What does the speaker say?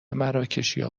مراکشیا